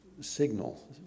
signal